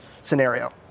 scenario